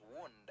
wound